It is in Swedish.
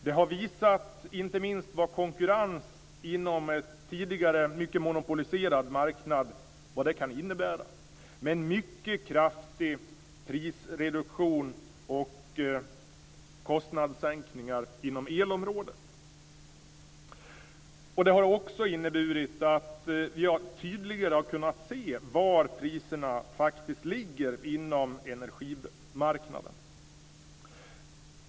Den har visat inte minst vad konkurrens inom en tidigare mycket monopoliserad marknad kan innebära med en mycket kraftig prisreduktion och kostnadssänkningar inom elområdet. Den har också inneburit att vi tydligare har kunnat se var priserna faktiskt ligger inom energimarknaden.